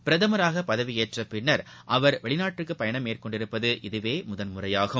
பிரதமராக பதவியேற்றப்பின் அவர் வெளிநாட்டுக்கு பயணம் மேற்கொண்டிருப்பது இதுவே முதன் முறையாகும்